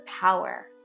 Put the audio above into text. power